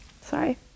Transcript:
Sorry